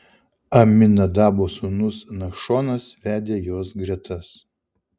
aminadabo sūnus nachšonas vedė jos gretas